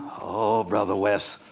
oh brother west,